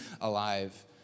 alive